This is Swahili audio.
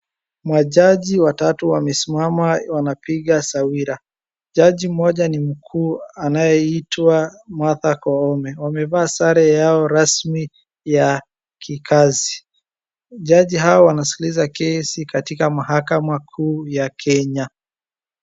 Majaji watatu wamesimama wanapiga sawira. Jaji mmoja ni mkuu anayeitwa Martha Koome. Wamevaa sare yao rasmi ya kikazi. Jaji hao wanasikiliza kesi katika mahakama kuu ya Kenya.